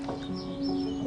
הבריאות.